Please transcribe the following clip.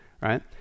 right